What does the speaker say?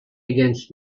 against